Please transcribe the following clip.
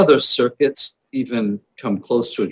other circuits even come close to